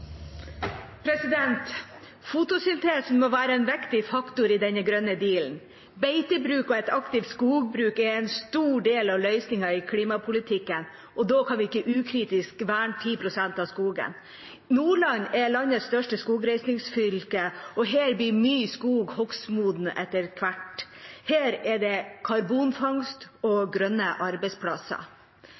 Fotosyntesen må være en viktig faktor i den grønne dealen. Beitebruk og et aktivt skogbruk er en stor del av løsningen i klimapolitikken, og da kan vi ikke ukritisk verne 10 pst. av skogen. Nordland er landets største skogreisingsfylke, og her blir mye skog hogstmoden etter hvert. Her er det karbonfangst og grønne arbeidsplasser.